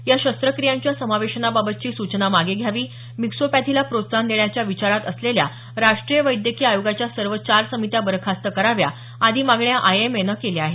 या शस्त्रक्रियांच्या समावेशाबाबतची सूचना मागे घ्यावी मिक्सोपॅथीला प्रोत्साहन देण्याच्या विचारात असलेल्या राष्ट्रीय वैद्यकीय आयोगाच्या सर्व चार समित्या बरखास्त कराव्या आदी मागण्या आय एम ए नं केल्या आहेत